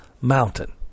mountain